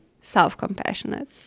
self-compassionate